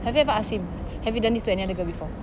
have you ever ask him have you done this to another girl before